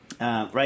Right